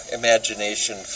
imagination